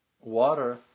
water